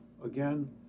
again